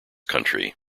country